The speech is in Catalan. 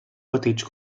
petits